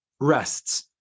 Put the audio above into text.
rests